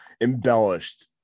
embellished